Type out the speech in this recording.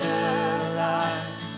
alive